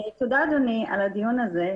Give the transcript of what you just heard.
תודה אדוני על הדיון הזה.